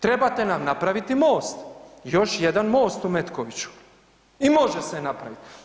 Trebate nam napraviti most, još jedan most u Metkoviću i može se napravit.